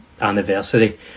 anniversary